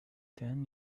ten